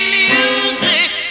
music